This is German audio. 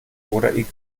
oder